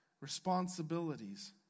responsibilities